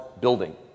building